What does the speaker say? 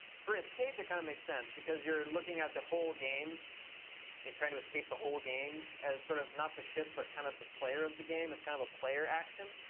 for escape it kind of makes sense because you're looking at the whole game and trying to escape the whole game, as sort of not the ship but kind of the player of the game. it's kind of a player action.